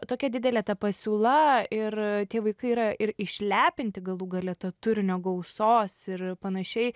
tokia didelė ta pasiūla ir tie vaikai yra ir išlepinti galų gale to turinio gausos ir panašiai